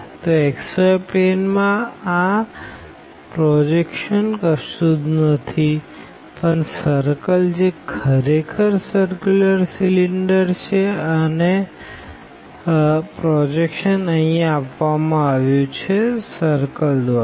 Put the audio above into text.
તો xy plane માં આ પ્રોજેક્શન કશું જ નથીપણ સર્કલ જે ખરેખર સર્ક્યુલર સીલીન્ડર છે અને પ્રોજેક્શન અહિયાં આપવામાં આવ્યુ છે સર્કલ દ્વારા